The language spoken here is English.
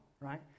right